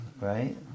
right